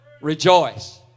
rejoice